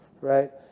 right